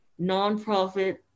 nonprofit